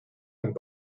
and